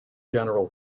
general